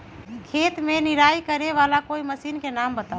खेत मे निराई करे वाला कोई मशीन के नाम बताऊ?